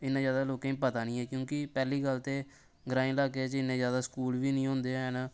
इ'न्ना जैदा लोकें गी पता नीं ऐ क्योंकि पैह्ली गल्ल केह् ग्राईं ल्हाके च इ'न्ने जैदा स्कूल बी नीं होंदे हैन